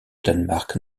danemark